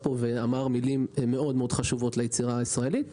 פה ואמר מילים חשובות מאוד ליצירה הישראלית,